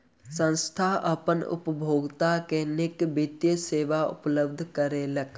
संस्थान अपन उपभोगता के नीक वित्तीय सेवा उपलब्ध करौलक